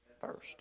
first